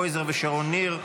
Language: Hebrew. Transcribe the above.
יצחק קרויזר ושרון ניר.